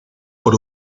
por